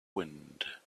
wind